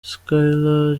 skyler